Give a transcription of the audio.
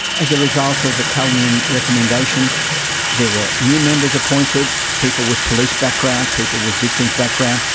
as a result of the callinan recommendations there were new members appointed, people with police backgrounds, people with victim backgrounds,